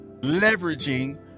leveraging